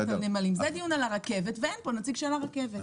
זה דיון על הרכבת ואין פה נציג של הרכבת.